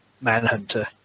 Manhunter